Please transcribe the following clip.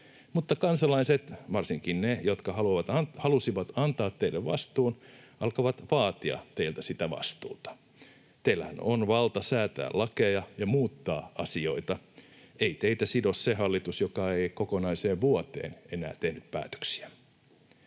Mutta kansalaiset, varsinkin ne, jotka halusivat antaa teille vastuun, alkavat vaatia teiltä sitä vastuuta. Teillähän on valta säätää lakeja ja muuttaa asioita. Ei teitä sido se hallitus, joka ei kokonaiseen vuoteen ole enää tehnyt päätöksiä.